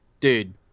Dude